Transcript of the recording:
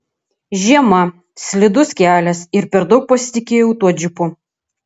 žiema slidus kelias ir per daug pasitikėjau tuo džipu